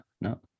no